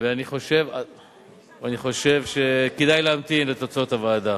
ואני חושב שכדאי להמתין לתוצאות הוועדה.